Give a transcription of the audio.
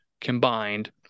combined